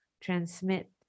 transmit